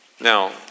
Now